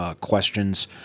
questions